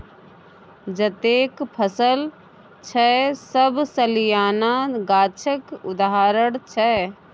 जतेक फसल छै सब सलियाना गाछक उदाहरण छै